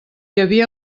havia